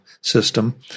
system